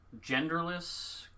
genderless